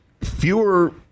fewer